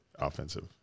offensive